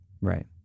right